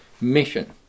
mission